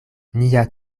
nia